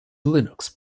linux